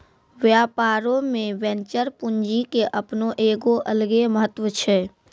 व्यापारो मे वेंचर पूंजी के अपनो एगो अलगे महत्त्व छै